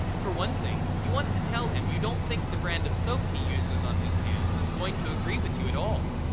for one thing you want to tell him you don't think the brand of soap he uses on his hands is going to agree with you at all.